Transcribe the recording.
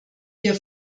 hier